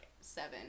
seven